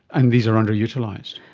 and these are underutilised?